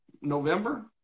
November